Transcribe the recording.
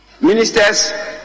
Ministers